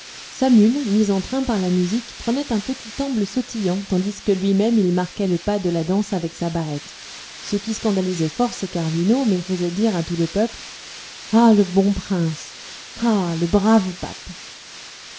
sa mule mise en train par la musique prenait un petit amble sautillant tandis que lui-même il marquait le pas de la danse avec sa barrette ce qui scandalisait fort ses cardinaux mais faisait dire à tout le peuple ah le bon prince ah le brave pape